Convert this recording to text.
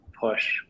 push